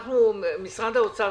משרד האוצר,